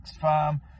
farm